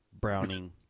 Browning